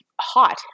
hot